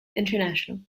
international